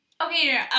Okay